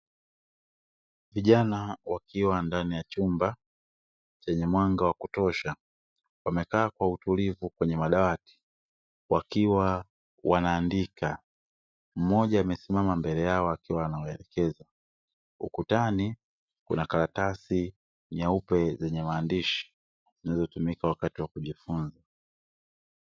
Vijana wakiwa ndani ya chumba chenye mwanga wa kutosha; wamekaa kwa utulivu kwenye madawati wakiwa wanaandika, mmoja amesimama mbele yao akiwa anawaelekeza, ukutani kuna karatasi nyeupe zenye maandishi zilizotumika wakati wa kujifunza.